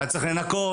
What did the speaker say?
היה צריך לנקות,